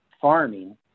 farming